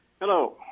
Hello